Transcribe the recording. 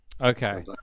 okay